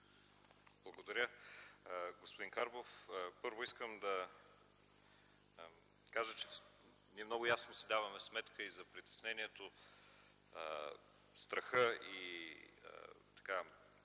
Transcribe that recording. Благодаря Ви, господин Карбов. Първо искам да кажа, че ние много ясно си даваме сметка и за притеснението, и за страха,